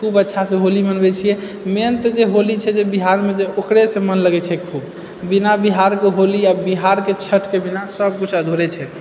खूब अच्छासे होली मनबै छिऐ मेन तऽ जे छै होली छै जे हमरा बिहारम जे ओकरेसँ मन लगैत छै खूब बिना बिहारके होली आ बिहारके छठके बिना सभकिछु अधूरे छै अच्छासे होली मनबै छियै मैन तऽ जे होली छै जे बिहार म